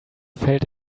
felt